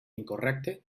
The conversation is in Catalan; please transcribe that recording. incorrecte